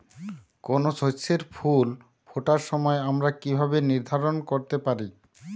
কোনো শস্যের ফুল ফোটার সময় আমরা কীভাবে নির্ধারন করতে পারি?